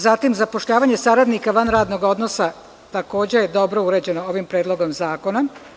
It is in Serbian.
Zatim zapošljavanje saradnika van radnog odnosa, takođe je dobro uređeno ovim predlogom zakona.